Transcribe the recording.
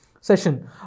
session